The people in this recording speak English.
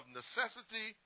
necessity